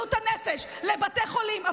לבריאות הנפש, לבתי חולים.